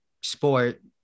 sport